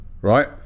right